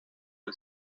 del